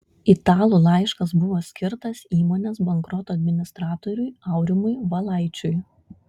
italų laiškas buvo skirtas įmonės bankroto administratoriui aurimui valaičiui